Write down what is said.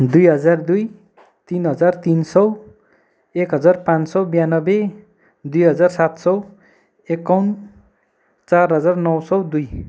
दुई हजार दुई तिन हजार तिन सौ एक हजार पाँच सौ ब्यानब्बे दुई हजार सात सौ एकाउन्न चार हजार नौ सौ दुई